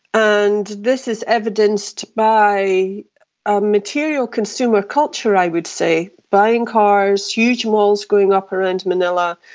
and this is evidenced by a material consumer culture, i would say buying cars, huge malls going up around manila.